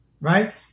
right